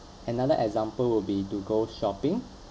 another example would be to go shopping